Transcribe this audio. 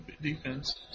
defense